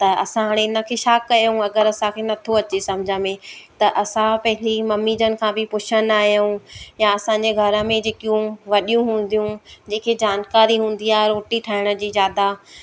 त असां हाणे हिन खे छा कयऊं अगरि असांखे नथो अचे सम्झ में त असां पंहिंजी मम्मीजन खां बि पूछंदा आयूं या असांजे घर में जेकियूं वॾियूं हूंदियूं जेकी जानकारी हूंदी आहे रोटी ठहण जी ज्यादा